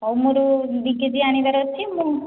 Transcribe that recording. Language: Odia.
ହଉ ମୋର ଦୁଇ କେ ଜି ଆଣିବାର ଅଛି ମୁଁ